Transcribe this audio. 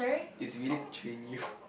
is really to train you